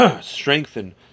strengthen